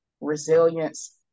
resilience